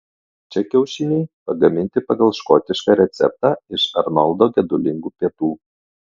čia kiaušiniai pagaminti pagal škotišką receptą iš arnoldo gedulingų pietų